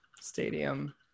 stadium